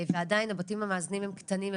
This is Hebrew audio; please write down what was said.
ועדיין הבתים המאזנים הם קטנים,